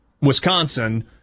Wisconsin